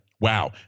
Wow